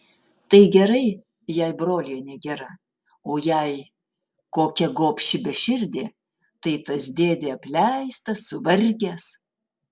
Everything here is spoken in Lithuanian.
tai gerai jei brolienė gera o jei kokia gobši beširdė tai tas dėdė apleistas suvargęs